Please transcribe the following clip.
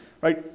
right